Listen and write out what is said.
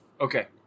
okay